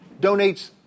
donates